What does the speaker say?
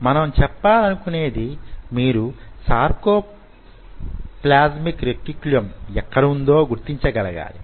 మనం చెప్పాలనుకొనేది మీరు సార్కోప్లాస్టిక్ రెటిక్యులమ్ ఎక్కడ వుందో గుర్తించగలగాలి